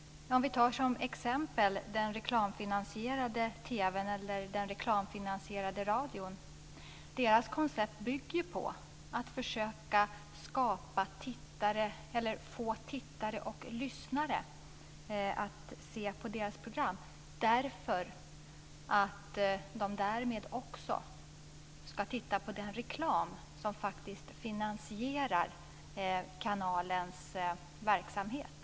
Vi kan t.ex. ta den reklamfinansierade TV:n eller radion. Deras koncept bygger ju på att försöka få tittare och lyssnare att ta del av deras program för att de därmed också ska titta på den reklam som faktiskt finansierar kanalens verksamhet.